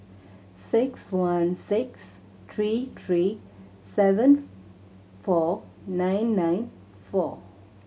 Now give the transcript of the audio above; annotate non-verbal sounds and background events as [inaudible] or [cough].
six one six three three seven [noise] four nine nine four